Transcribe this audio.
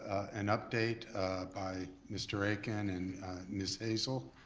an update by mr. akin and ms. hazel.